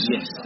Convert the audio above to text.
Yes